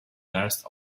best